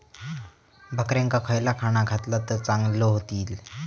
बकऱ्यांका खयला खाणा घातला तर चांगल्यो व्हतील?